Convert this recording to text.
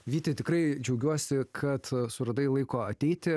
vyti tikrai džiaugiuosi kad suradai laiko ateiti